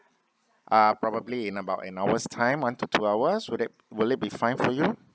uh probably in about an hour's time one to two hours will that will it be fine for you